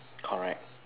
correct